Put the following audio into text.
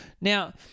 Now